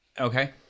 Okay